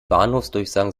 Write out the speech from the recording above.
bahnhofsdurchsagen